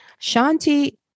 Shanti